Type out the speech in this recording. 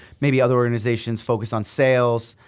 maybe other organizations focus on sales,